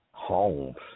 homes